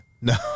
No